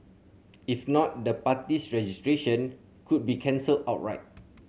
if not the party's registration could be cancelled outright